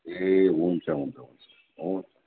ए हुन्छ हुन्छ हुन्छ